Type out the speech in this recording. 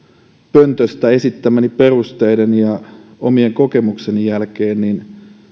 pöntöstä esittämieni perusteiden ja omien kokemusteni jälkeen